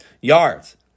yards